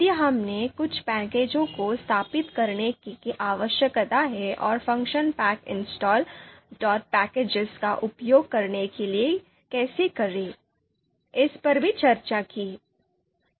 यदि हमने कुछ पैकेजों को स्थापित करने की आवश्यकता है और फ़ंक्शन pack installpackages 'का उपयोग करने के लिए कैसे करें इस पर भी चर्चा की